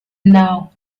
now